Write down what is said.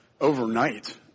overnight